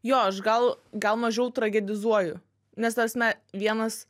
jo aš gal gal mažiau tragedizuoju nes ta prasme vienas